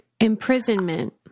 imprisonment